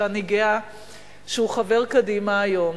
שאני גאה שהוא חבר קדימה היום,